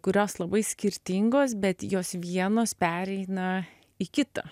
kurios labai skirtingos bet jos vienos pereina į kitą